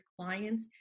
clients